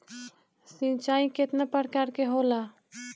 सिंचाई केतना प्रकार के होला?